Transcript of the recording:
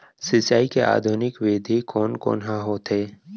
सिंचाई के आधुनिक विधि कोन कोन ह होथे?